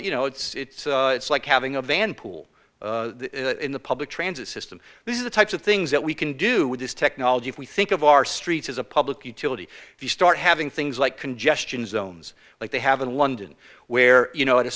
you know it's it's like having a vanpool in the public transit system this is the types of things that we can do with this technology if we think of our streets as a public utility if you start having things like congestion zones like they have in london where you know at a